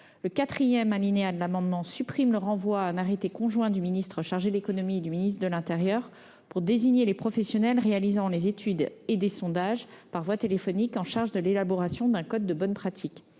autant. Le IV de l'amendement supprime le renvoi à un arrêté conjoint du ministre chargé de l'économie et du ministre de l'intérieur pour désigner les professionnels réalisant des études et des sondages par voie téléphonique chargés de l'élaboration d'un code de bonnes pratiques.